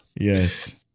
Yes